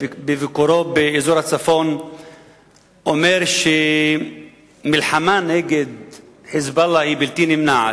בביקורו באזור הצפון אומר שמלחמה נגד "חיזבאללה" היא בלתי נמנעת,